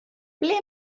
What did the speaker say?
ble